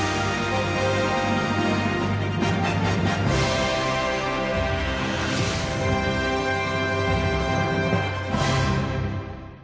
Hvala